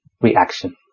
reaction